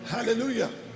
Hallelujah